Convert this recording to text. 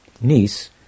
niece